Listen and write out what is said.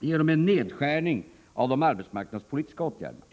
genom en nedskärning av de arbetsmarknadspolitiska åtgärderna.